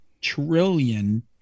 trillion